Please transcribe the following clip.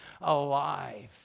alive